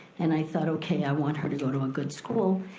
and i thought, okay, i want her to go to a good school.